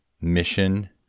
mission